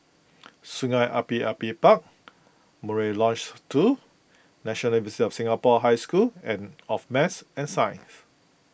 Sungei Api Api Park Murai Lodge two National University of Singapore High School and of Math and Science